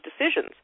decisions